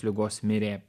ligos mirė